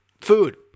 food